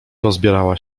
rozbierała